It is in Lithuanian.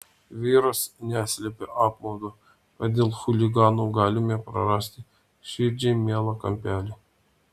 vyras neslėpė apmaudo kad dėl chuliganų galime prarasti širdžiai mielą kampelį